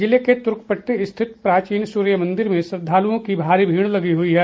जिले के तुर्कपट्टी स्थित प्राचीन सूर्य मन्दिर में श्रद्धालुओं की भारी भीड़ लगी हुई है